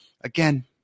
again